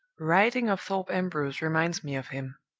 writing of thorpe ambrose reminds me of him.